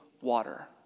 water